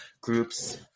groups